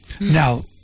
Now